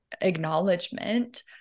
acknowledgement